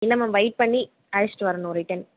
இல்லை ma'am wait பண்ணி அழைச்சிட்டு வர்ணும் ரிட்டன்